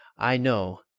i know,